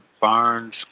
Barnes